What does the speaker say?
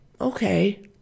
okay